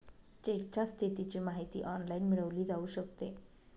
चेकच्या स्थितीची माहिती ऑनलाइन मिळवली जाऊ शकते